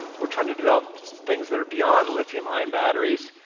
we're trying to develop things that are beyond lithium ion batteries,